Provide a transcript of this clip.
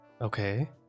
Okay